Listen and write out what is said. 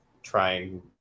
trying